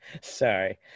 Sorry